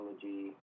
technology